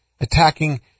attacking